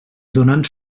donant